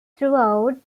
throughout